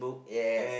ya